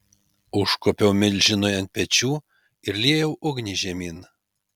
užkopiau milžinui ant pečių ir liejau ugnį žemyn